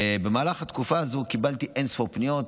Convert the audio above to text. במהלך התקופה הזו קיבלתי אין-ספור פניות.